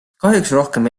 rohkem